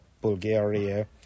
Bulgaria